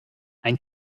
ein